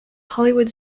hollywood